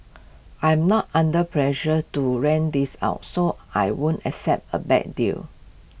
I'm not under pressure to rent this out so I won't accept A bad deal